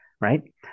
right